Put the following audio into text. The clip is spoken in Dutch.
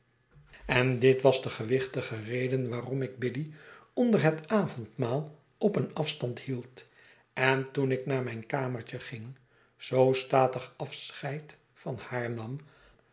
en dit was de gewichtige reden waarom ik biddy onder het avondmaal op een afstand hield en toen ik naar mijn kamertje ging zoo statig afscheid van haar nam